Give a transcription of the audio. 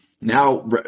now